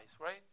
right